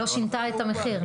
לא שינתה את המחיר.